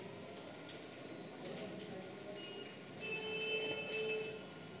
composting করা মানে যখন জৈব পদার্থকে পচিয়ে তাকে সার হিসেবে ব্যবহার করা হয়